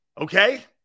Okay